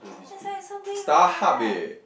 this one is so big what